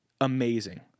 amazing